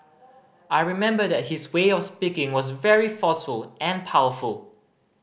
I remember that his way of speaking was very forceful and powerful